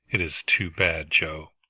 it is too bad, joe!